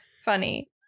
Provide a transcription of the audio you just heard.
Funny